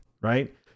right